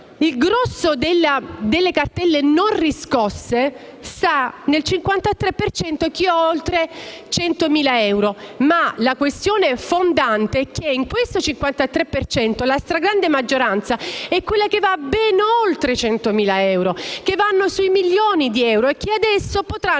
Il grosso delle cartelle non riscosse sta nel 53 per cento che supera i 100.000 euro. Ma la questione fondante è che in questo 53 per cento la stragrande maggioranza è quella che va ben oltre i 100.000 euro, cioè che va sui milioni di euro, e che adesso potrà